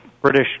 British